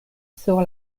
sur